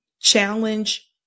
challenge